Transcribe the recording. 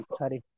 sorry